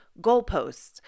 goalposts